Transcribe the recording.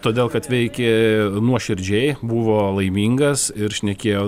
todėl kad veikė nuoširdžiai buvo laimingas ir šnekėjo